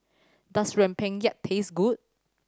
does Rempeyek taste good